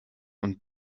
und